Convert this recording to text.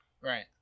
Right